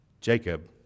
Jacob